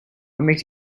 makes